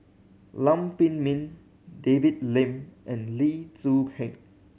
Lam Pin Min David Lim and Lee Tzu Pheng